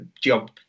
job